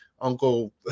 uncle